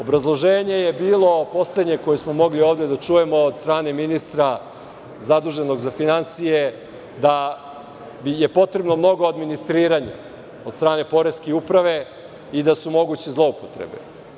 Obrazloženje je bilo, poslednje koje smo mogli ovde da čujemo od strane ministra zaduženog za finansije, da je potrebno mnogo administriranja od strane poreske uprave i da su moguće zloupotrebe.